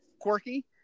quirky